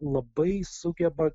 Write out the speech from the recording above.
labai sugeba